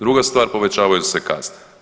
Druga stvar, povećavaju se kazne.